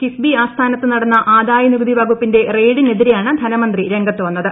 കിഫ്ബി ആസ്ഥാനത്ത് നടന്ന ആദായ നികുതി വകുപ്പിന്റെ റെയ്ഡിനെതിരെയാണ് ധനമന്ത്രി രംഗത്ത് വന്നത്